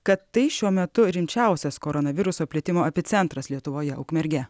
kad tai šiuo metu rimčiausias koronaviruso plitimo epicentras lietuvoje ukmergė